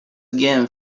again